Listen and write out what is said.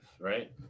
right